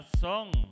song